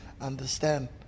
understand